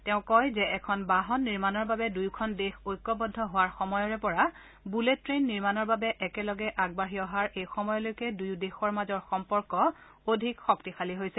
তেওঁ কয় যে এখন বাহন নিৰ্মাণৰ বাবে দুয়োখন দেশ ঐক্যবদ্ধ হোৱাৰ সময়ৰে পৰা বুলেট ট্ৰেইন নিৰ্মাণৰ বাবে একেলগে আগবাঢ়ি অহাৰ এই সময়লৈকে দুয়ো দেশৰ মাজৰ সম্পৰ্ক অধিক শক্তিশালী হৈছে